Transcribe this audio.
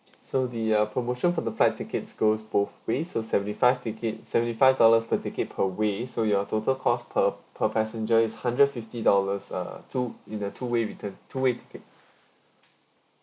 so the uh promotion for the flight tickets goes both ways so seventy five ticket seventy five dollars per ticket per way so your total cost per per passenger is hundred fifty dollars uh two in a two way return two way ticket